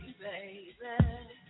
baby